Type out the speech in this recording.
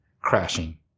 crashing